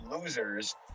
losers